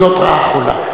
וזאת רעה חולה.